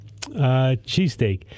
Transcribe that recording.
Cheesesteak